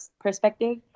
perspective